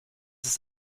ist